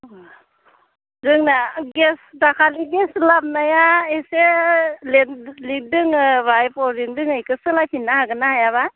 जोंना गेस दाखालि गेस लाबोनाया एसे लिक दोङो बाहाय फरिन दोङो इखो सोलायफिननो हागोनना हायाब्ला